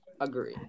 agree